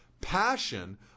passion